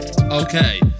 okay